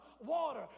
water